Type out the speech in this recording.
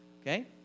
okay